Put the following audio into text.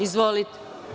Izvolite.